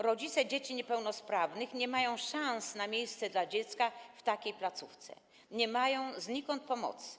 Rodzice dzieci niepełnosprawnych nie mają szans na miejsce dla dziecka w takiej placówce, nie mają znikąd pomocy.